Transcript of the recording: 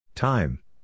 Time